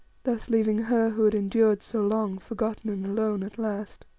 thus leaving her who had endured so long, forgotten and alone at last.